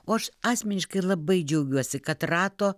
o aš asmeniškai labai džiaugiuosi kad rato